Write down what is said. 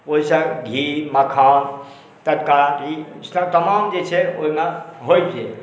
ओहिसँ घी मखान तरकारी तमाम जे छै ओहिमे होइ छै